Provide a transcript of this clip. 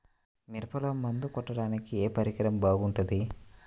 మిరపలో మందు కొట్టాడానికి ఏ పరికరం బాగుంటుంది?